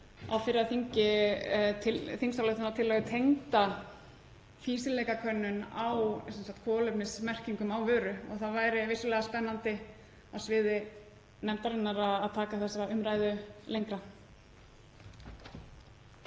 á fyrra þingi þingsályktunartillögu tengda fýsileikakönnun á kolefnisporsmerkingum á vörum. En það væri vissulega spennandi á sviði nefndarinnar að taka þessa umræðu lengra.